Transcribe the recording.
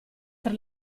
tra